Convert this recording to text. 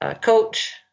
coach